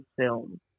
film